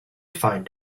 find